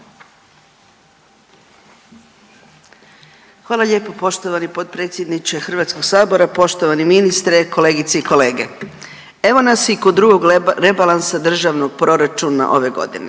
Hvala lijepo poštovani potpredsjedniče HS-a, poštovani ministre, kolegice i kolege. Evo nas i kod drugog rebalansa državnog proračuna ove godine.